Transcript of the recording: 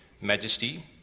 majesty